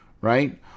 Right